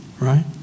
right